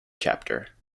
chapter